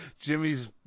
Jimmy's